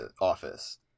Office